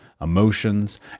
emotions